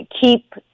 keep